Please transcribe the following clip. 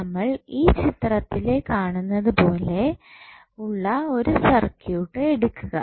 നമ്മൾ ഈ ചിത്രത്തിൽ കാണുന്നതുപോലെ ഉള്ള ഒരു സർക്യൂട്ട് എടുക്കുക